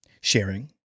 sharing